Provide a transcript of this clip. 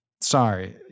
sorry